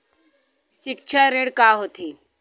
सिक्छा ऋण का होथे?